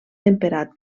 temperat